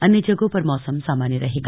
अन्य जगहों पर मौसम सामान्य रहेगा